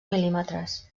mil·límetres